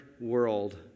world